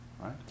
right